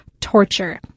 torture